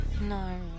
No